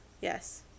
Yes